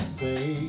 say